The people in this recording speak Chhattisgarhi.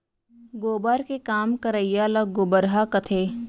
गोबर के काम करइया ल गोबरहा कथें